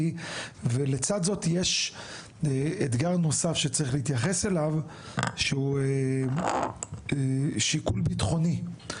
ולצד זאת יש אתגר נוסף שצריך להתייחס אליו שהוא שיקול בטחוני.